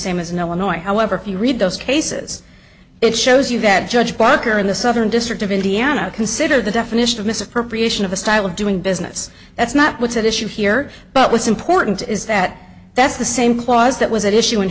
same as no annoying however if you read those cases it shows you that judge parker in the southern district of indiana consider the definition of misappropriation of a style of doing business that's not what's at issue here but what's important is that that's the same clause that was at issue